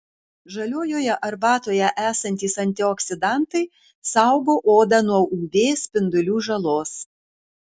žaliojoje arbatoje esantys antioksidantai saugo odą nuo uv spindulių žalos